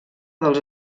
dels